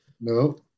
No